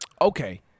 Okay